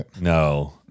No